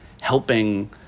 helping